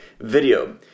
video